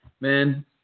man